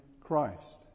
Christ